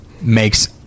makes